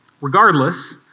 Regardless